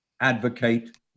advocate